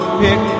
pick